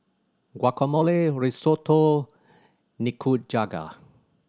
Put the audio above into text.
Guacamole Risotto Nikujaga